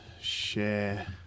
share